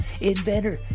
inventor